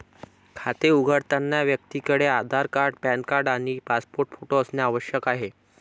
खाते उघडताना व्यक्तीकडे आधार कार्ड, पॅन कार्ड आणि पासपोर्ट फोटो असणे आवश्यक आहे